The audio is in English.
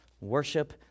worship